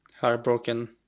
heartbroken